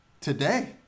Today